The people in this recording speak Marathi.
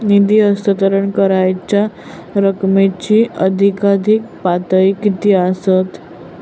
निधी हस्तांतरण करण्यांच्या रकमेची अधिकाधिक पातळी किती असात?